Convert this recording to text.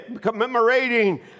commemorating